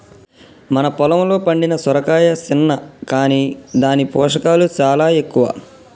మన పొలంలో పండిన సొరకాయ సిన్న కాని దాని పోషకాలు సాలా ఎక్కువ